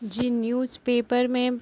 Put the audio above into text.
जी newspaper में